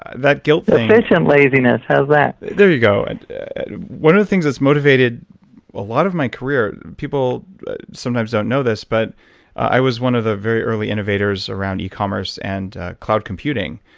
that guilt thing, efficient laziness how's that? there you go. and one of the things that's motivated a lot of my career, people sometimes don't know this, but i was one of the very early innovators around e commerce and cloud computing.